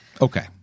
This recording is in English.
Okay